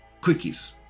quickies